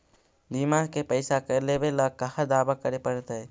बिमा के पैसा लेबे ल कहा दावा करे पड़तै?